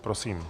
Prosím.